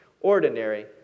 ordinary